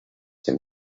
dem